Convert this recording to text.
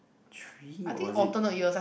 three or is it